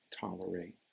tolerate